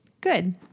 Good